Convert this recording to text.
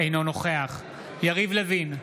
אינו נוכח יריב לוין,